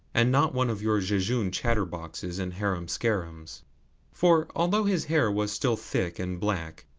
and not one of your jejune chatterboxes and harum-scarums for, although his hair was still thick and black,